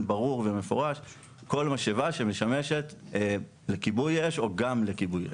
ברור ומפורש כל משאבה שמשמשת לכיבוי אש או גם לכיבוי אש.